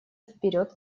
вперед